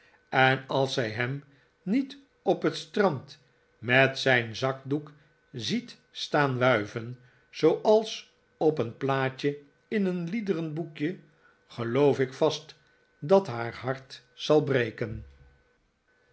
en als zij hem niet op het strand met zijn zakdoek ziet staan wuiven zooals op een plaatje in een liederenboekje geloof ik vast dat haar hart zal breken